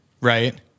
Right